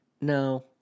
No